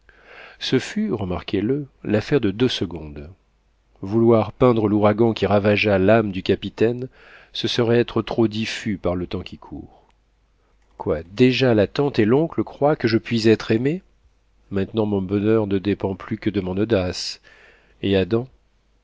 ce fut remarquez-le l'affaire de deux secondes vouloir peindre l'ouragan qui ravagea l'âme du capitaine ce serait être trop diffus par le temps qui court quoi déjà la tante et l'oncle croient que je puis être aimé maintenant mon bonheur ne dépend plus que de mon audace et adam